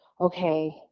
okay